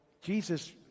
Jesus